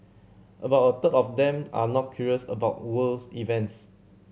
about a third of them are not curious about worlds events